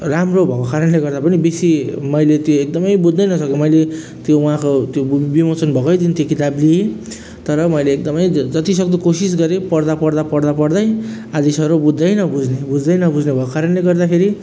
राम्रो भएको कारणले गर्दा पनि बेसी मैले त्यो एकदमै बुझ्नै नसके मैले त्यो उहाँको त्यो विमोचन भएकै दिन त्यो किताब लिएँ तर मैले एकदमै ज जतिसक्दो कोसिस गरेँ पढ्दा पढ्दा पढ्दा पढ्दै आधिसरो बुझ्दै नबुझ्ने बुझ्दै नबुझ्ने भएको कारणले गर्दाखेरि